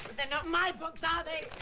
they're not my books are they?